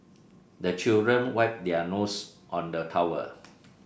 the children wipe their nose on the towel